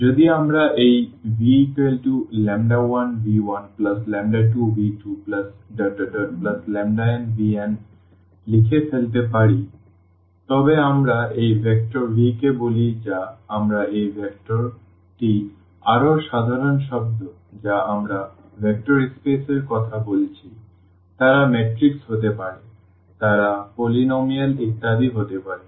যদি আমরা এই v1v12v2nvn লিখে ফেলতে পারি তবে আমরা এই ভেক্টর v কে বলি যা আবার এই ভেক্টরটি আরও সাধারণ শব্দ যা আমরা ভেক্টর স্পেস এর কথা বলছি তারা ম্যাট্রিক্স হতে পারে তারা পলিনমিয়াল ইত্যাদি হতে পারে